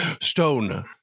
Stone